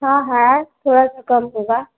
हाँ है थोड़ा सा कम होगा